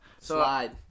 Slide